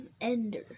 Ender